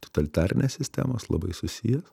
totalitarinės sistemos labai susiję